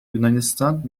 yunanistan